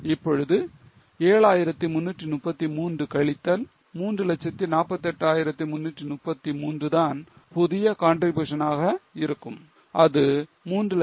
இப்பொழுது 7333 கழித்தல் 348333 தான் புதிய contribution ஆக இருக்கும் அது 385000